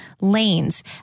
lanes